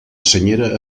senyera